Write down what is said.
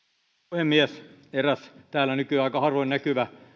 puhemies eräs täällä nykyään aika harvoin näkyvä